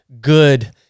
good